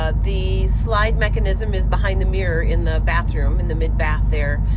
ah the slide mechanism is behind the mirror in the bathroom, in the mid-bath there,